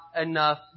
enough